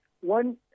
One